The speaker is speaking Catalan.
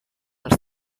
els